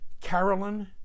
Carolyn